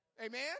Amen